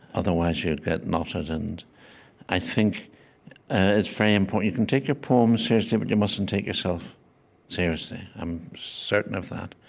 otherwise, you'd get knotted. and i think ah it's very important. you can take your poems seriously, but you mustn't take yourself seriously. i'm certain of that.